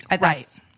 Right